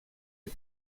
est